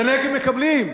בנגב מקבלים?